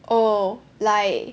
oh like